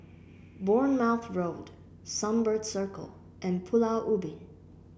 Bournemouth Road Sunbird Circle and Pulau Ubin